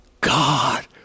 God